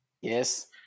Yes